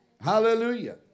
hallelujah